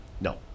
No